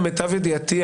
למיטב ידיעתי,